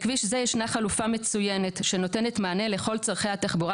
לכביש זה ישנה חלופה מצוינת שנותנת מענה לכל צרכי התחבורה